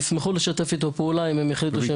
וישמחו לשתף איתו פעולה אם הם יחליטו שהם מרימים את השופר.